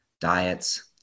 diets